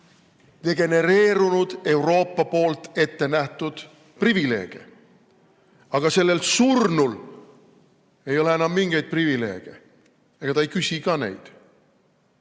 degenereerunud Euroopa poolt ette nähtud privileege. Aga sellel surnul ei ole enam mingeid privileege. Ega ta ei küsi ka neid. Miks